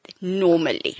normally